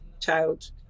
child